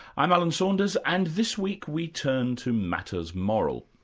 i'm alan saunders and this week we turn to matters moral.